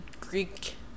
Greek